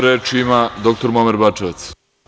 Reč ima dr Muamer Bačevac.